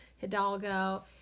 Hidalgo